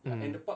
mm